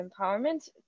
empowerment